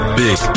big